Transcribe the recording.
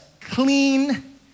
clean